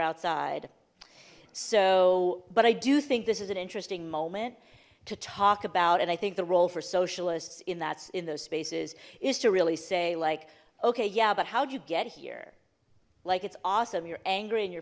outside so but i do think this is an interesting moment to talk about and i think the role for socialists in that's in those spaces is to really say like okay yeah but how'd you get here like it's awesome you're angry and you're